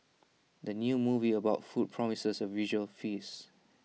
the new movie about food promises A visual feast